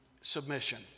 Submission